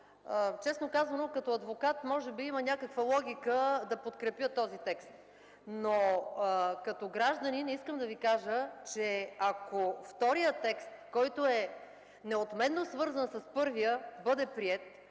честно казано, като адвокат може би има някаква логика да подкрепя този текст, но като гражданин искам да ви кажа, че ако вторият текст, който е неотменно свързан с първия, бъде приет,